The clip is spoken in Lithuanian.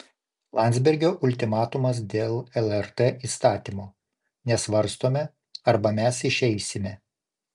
landsbergio ultimatumas dėl lrt įstatymo nesvarstome arba mes išeisime